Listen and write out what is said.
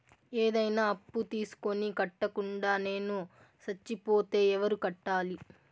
ఏదైనా అప్పు తీసుకొని కట్టకుండా నేను సచ్చిపోతే ఎవరు కట్టాలి?